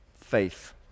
Faith